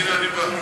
הנה, אני בא.